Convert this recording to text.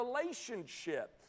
relationship